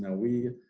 ah we